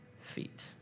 feet